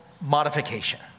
modification